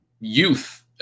youth